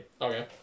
Okay